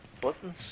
buttons